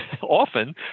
often